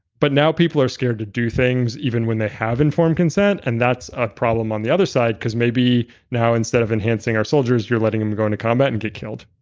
but now people are scared to do things even when they have informed consent and that's a problem on the other side because maybe now instead of enhancing our soldiers, you're letting them go in to combat and get killed